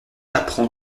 apprend